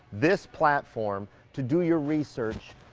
this platform to do your research,